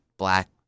black